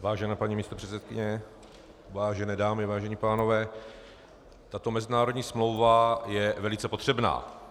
Vážená paní místopředsedkyně, vážené dámy, vážení pánové, tato mezinárodní smlouva je velice potřebná.